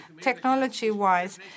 Technology-wise